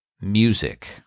music